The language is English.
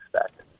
expect